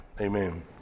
Amen